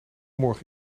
morgen